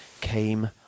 came